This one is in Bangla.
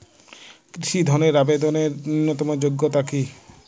কৃষি ধনের আবেদনের ন্যূনতম যোগ্যতা কী?